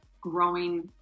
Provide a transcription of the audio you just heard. growing